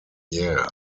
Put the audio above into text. yeah